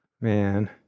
Man